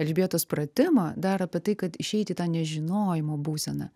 elžbietos pratimą dar apie tai kad išeiti į tą nežinojimo būseną